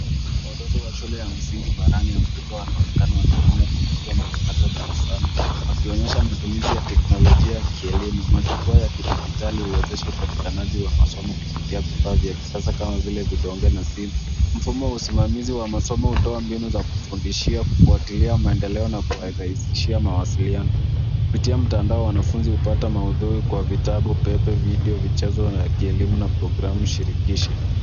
Watoto wa shule ya msingi barani Afrika wanaonekana wakitumia kompyuta mpakato darasani, wakionyesha matumizi ya teknolojia ya kielimu. Majukwaa ya kidijitali huwezesha upatikanaji wa masomo kupitia vifaa vya kisasa kama vile vidonge na simu. Mfumo wa usimamazi wa masomo hutoa mbinu za kufundishia kufuatilia maendeleo na kuwarahisishia mawasililiano. Kupitia mtandao wanafunzi hupata maudhui kwa vitabu pepe, video, michezo ya kielimu na programu shirikishi.